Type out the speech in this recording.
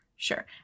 Sure